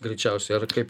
greičiausiai ar kaip